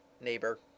neighbor